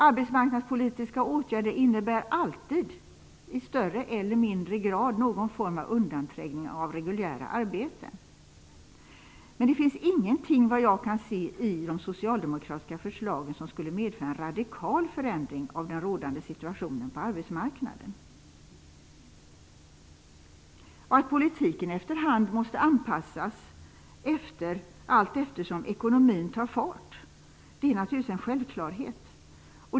Arbetsmarknadspolitiska åtgärder innebär alltid, i högre eller lägre grad, någon form av undanträngning av reguljära arbeten. Det finns ingenting i de socialdemokratiska förslagen som skulle medföra en radikal förändring av den rådande situationen på arbetsmarknaden. Att politiken efter hand måste anpassas allteftersom ekonomin tar fart är naturligtvis en självklarhet.